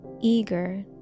eager